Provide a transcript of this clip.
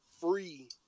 free